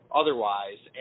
otherwise